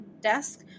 desk